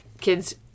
kids